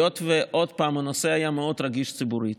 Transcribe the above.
היות שהנושא היה מאוד רגיש ציבורית,